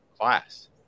class